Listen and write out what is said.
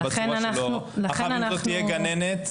אם זאת תהיה גננת,